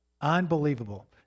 Unbelievable